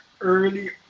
early